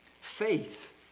faith